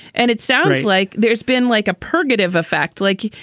and it sounds like there's been like a purgative effect, like,